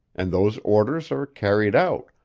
and those orders are carried out,